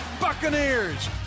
Buccaneers